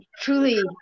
truly